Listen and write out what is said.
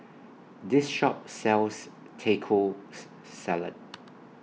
This Shop sells Tacos Salad